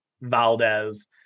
Valdez